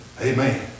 Amen